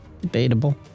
Debatable